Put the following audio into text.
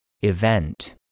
Event